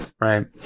Right